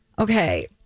Okay